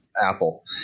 Apple